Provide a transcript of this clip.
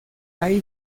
hay